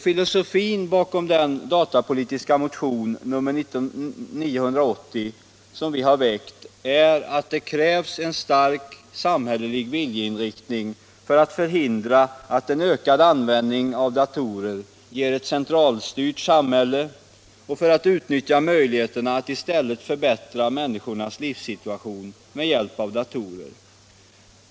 Filosofin bakom den datapolitiska motion, ar 980, som vi har väckt är att det krävs en stark samhällelig viljeinriktning för att förhindra att en ökad användning av datorer ger ett centralstyrt samhälle och för att utnyttja möjligheterna att i stället förbättra människornas livssituation med hjälp av datorer.